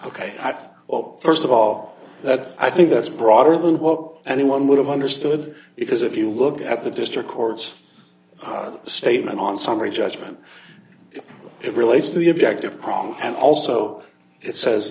ok well st of all that's i think that's broader than what anyone would have understood because if you look at the district court's statement on summary judgment it relates to the objective problem and also it says